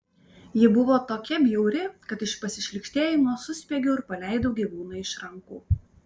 ji buvo tokia bjauri kad iš pasišlykštėjimo suspiegiau ir paleidau gyvūną iš rankų